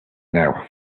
now